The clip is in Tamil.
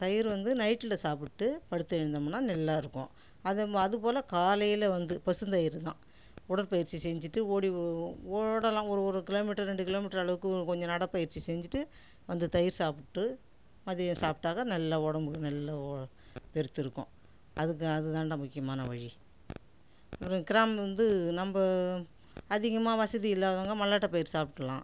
தயிர் வந்து நைட்டில் சாப்பிட்டு படுத்து எழுந்தோம்னா நல்லா இருக்கும் அது அதுபோல் காலையில் வந்து பசுந்தயிர்தான் உடற்பயிற்சி செஞ்சுட்டு ஓடி ஓடலாம் ஒரு ஒரு கிலோமீட்டர் ரெண்டு கிலோமீட்டர் அளவுக்கு கொஞ்சம் நடைப்பயிற்சி செஞ்சுட்டு வந்து தயிர் சாப்ட்டு மதியம் சாப்பிட்டாக்கா நல்ல உடம்புக்கு நல்ல பெருத்து இருக்கும் அதுக்கு அதுதாண்டா முக்கியமான வழி கிராமம் வந்து நம்ம அதிகமாக வசதி இல்லாதவங்க மல்லாட்டை பயிர் சாப்பிடலாம்